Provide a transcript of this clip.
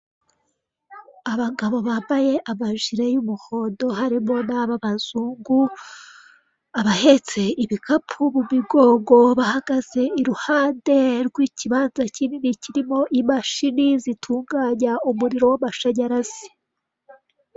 Abagabo bambaye amajire y'umuhondo, harimo n'ab'abazungu, abahetse ibikapu mu migongo bahagaze iruhande rw'ikibanza kinini kirimo imashini zitunganya umuriro w'amashanyarazi.